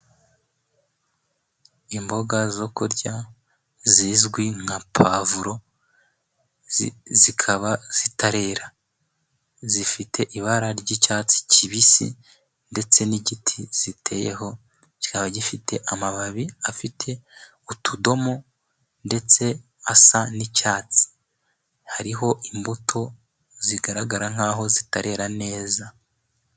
Imboga zo kurya zizwi nka pavuro zikaba zitarera, zifite ibara ry'icyatsi kibisi, ndetse n'igiti ziteyeho cyikaba gifite amababi afite utudomo ndetse asa n'icyatsi. Hariho imbuto zigaragara nk'aho zitarera neza.